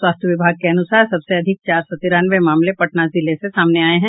स्वास्थ्य विभाग के अनुसार सबसे अधिक चार सौ तिरानवे मामले पटना जिले से सामने आये हैं